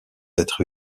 être